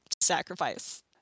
sacrifice